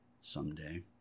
someday